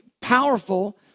powerful